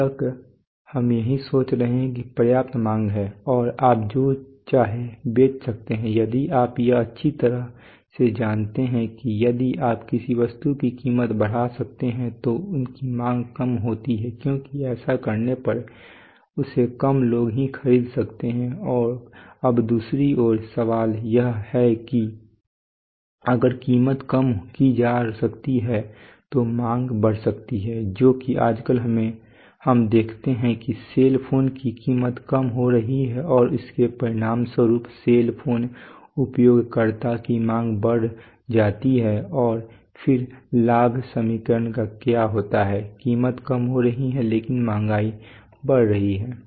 अब तक हम यही सोच रहे हैं कि पर्याप्त मांग है और आप जो चाहें बेच सकते हैं यदि आप यह अच्छी तरह से जानते हैं कि यदि आप किसी वस्तु की कीमत बढ़ा सकते हैं तो उसकी मांग कम होती हैं क्योंकि ऐसा करने पर उसे कम लोग ही खरीद सकते हैं अब दूसरी ओर सवाल यह है कि अगर कीमत कम की जा सकती है तो मांग बढ़ सकती है जो कि आजकल हम देखते हैं कि सेल फोन की कीमत कम हो रही है और इसके परिणामस्वरूप सेल फोन उपयोगकर्ता की मांग बढ़ जाती है और फिर लाभ समीकरण का क्या होता है कीमत कम हो रही है लेकिन मांग बढ़ रही है